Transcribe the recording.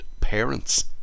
parents